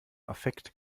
affekt